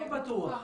לא בטוח.